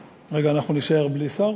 רגע, אנחנו נישאר בלי שר?